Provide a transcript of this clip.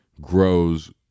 grows